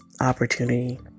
opportunity